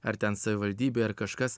ar ten savivaldybė ar kažkas